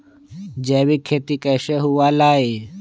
जैविक खेती कैसे हुआ लाई?